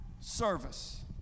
service